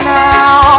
now